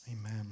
Amen